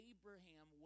Abraham